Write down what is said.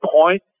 point